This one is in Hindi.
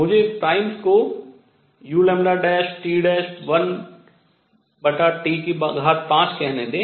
मुझे इस primes को uλT'1T5 कहने दें